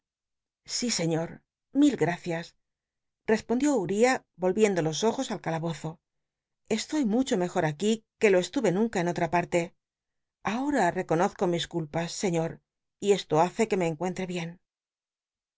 si sciíor mil gr cias respondió uriab o l'ieudu los ojos al calahoy o estoy mucho mejor aquí que lo eslu c nunca en otra parle ahora reconozco mis culpas señor y esto hace que me encucntre bien